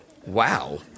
Wow